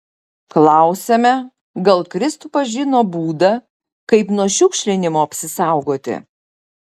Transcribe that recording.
klausiame gal kristupas žino būdą kaip nuo šiukšlinimo apsisaugoti